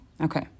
Okay